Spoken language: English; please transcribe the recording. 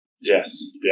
yes